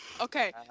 Okay